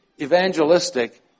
evangelistic